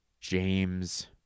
James